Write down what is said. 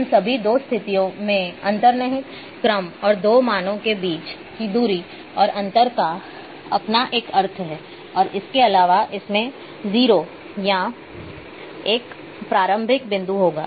इसलिए उन सभी दो स्थितियों में अंतर्निहित क्रम और दो मानों के बीच की दूरी और अंतर का अपना एक अर्थ है और इसके अलावा इसमें 0 या एक प्रारंभिक बिंदु होगा